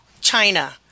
China